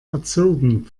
erzogen